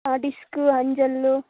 ಹಾಂ ಡಿಸ್ಕು ಅಂಜಲ್ಲು